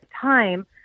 time